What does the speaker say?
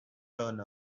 turn